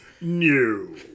new